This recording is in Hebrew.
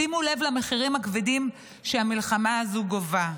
שימו לב למחירים הכבדים שהמלחמה הזו גובה.